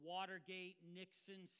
Watergate-Nixon